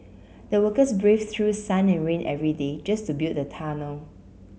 the workers braved through sun and rain every day just to build the tunnel